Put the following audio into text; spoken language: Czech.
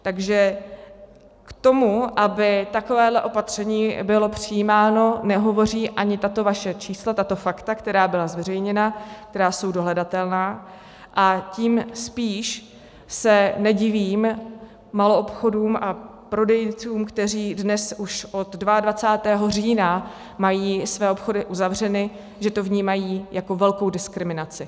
Takže k tomu, aby takovéhle opatření bylo přijímáno, nehovoří ani tato vaše čísla, tato fakta, která byla zveřejněna, která jsou dohledatelná, a tím spíš se nedivím maloobchodům a prodejcům, kteří dnes už od 22. října mají své obchody uzavřeny, že to vnímají jako velkou diskriminaci.